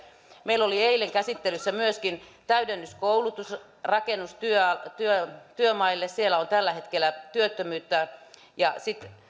meillä oli eilen käsittelyssä myöskin täydennyskoulutus rakennustyömaille siellä on tällä hetkellä työttömyyttä ja